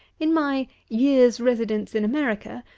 in my year's residence in america,